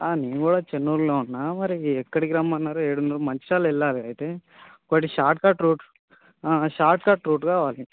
నేను కూడా చెన్నూరులో ఉన్నా మరి ఎక్కడికి రమ్మన్నారు ఏడ ఉన్నారు మంచిర్యాల వెళ్ళాలి అయితే ఒకటి షార్ట్కట్ రూట్ షార్ట్కట్ రూట్ కావాలి